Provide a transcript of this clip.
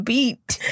Beat